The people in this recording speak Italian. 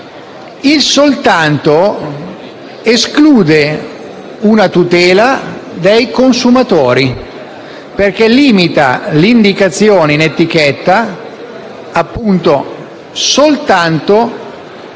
«soltanto» esclude una tutela dei consumatori, perché limita l'indicazione in etichetta soltanto